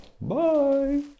bye